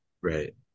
Right